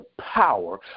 power